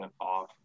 off